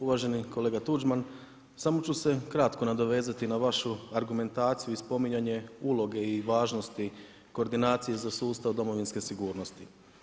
Uvaženi kolega Tuđman samo ću se kratko nadovezati na vašu argumentaciju i spominjanje uloge i važnosti koordinacije za sustav Domovinske sigurnosti.